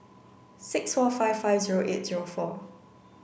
six four five five zero eight zero four